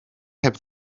heb